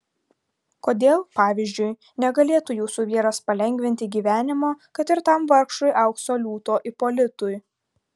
kodėl pavyzdžiui negalėtų jūsų vyras palengvinti gyvenimo kad ir tam vargšui aukso liūto ipolitui